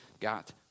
got